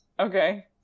Okay